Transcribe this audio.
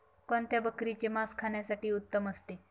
कोणत्या बकरीचे मास खाण्यासाठी उत्तम असते?